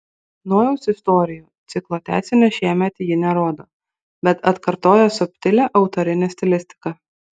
nojaus istorijų ciklo tęsinio šiemet ji nerodo bet atkartoja subtilią autorinę stilistiką